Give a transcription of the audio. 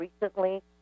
recently